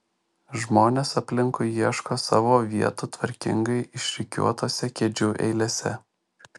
žmonės aplinkui ieško savo vietų tvarkingai išrikiuotose kėdžių eilėse